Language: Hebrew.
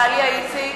(קוראת בשמות חברי הכנסת) דליה איציק,